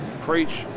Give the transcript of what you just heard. Preach